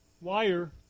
wire